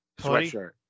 sweatshirt